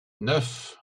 neuf